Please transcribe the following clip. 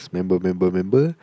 Member-member-member